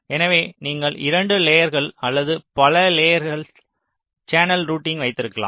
எனவே நீங்கள் இரண்டு லேயர்கள் அல்லது பல லேயர்கள் சேனல் ரூட்டிங் வைத்திருக்கலாம்